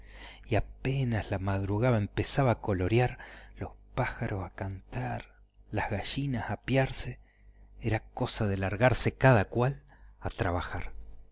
y apenas la madrugada empezaba coloriar los pájaros a cantar y las gallinas a apiarse era cosa de largarse cada cual a trabajar